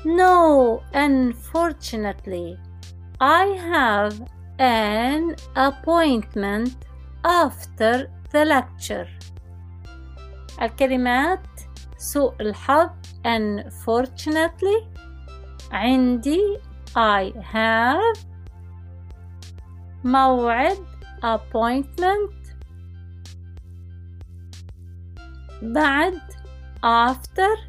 No, unfortunately, I have an appointment after the lecture. الكلمات سوء الحظ. Unfortunately. عندي. I have. موعد. Appointment. بعد. After.